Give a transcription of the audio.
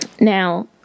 Now